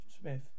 Smith